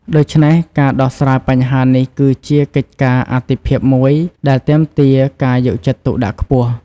ដូច្នេះ ការដោះស្រាយបញ្ហានេះ គឺជាកិច្ចការអាទិភាពមួយដែលទាមទារការយកចិត្តទុកដាក់ខ្ពស់។